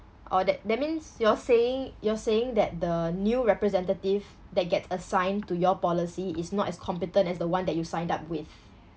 orh that that means you're saying you're saying that the new representative that gets assigned to your policy is not as competent as the one that you signed up with